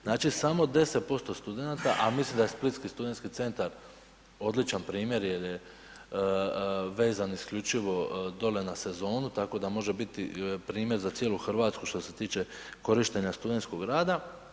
Znači samo 10% studenata, a mislim da splitski studentski centar odličan jer je vezan isključivo dole na sezonu tako da može biti primjer za cijelu Hrvatsku što se tiče korištenja studentskog rada.